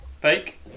Fake